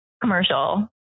commercial